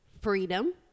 Freedom